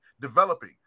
developing